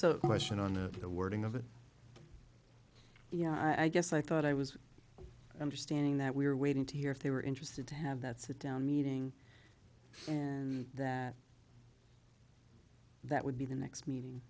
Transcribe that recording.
so question on the wording of it you know i guess i thought i was understanding that we were waiting to hear if they were interested to have that sit down meeting and that that would be the next meeting